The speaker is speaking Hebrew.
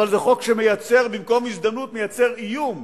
אבל חוק שבמקום הזדמנות מייצר איום,